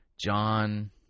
John